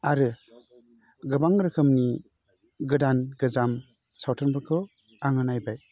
आरो गोबां रोखोमनि गोदान गोजाम सावथुनफोरखौ आङो नायबाय